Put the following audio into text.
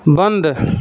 बन्द